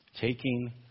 Taking